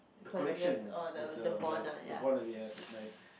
the connection there's a like the bond that we have like